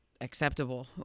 acceptable